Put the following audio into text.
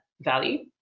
value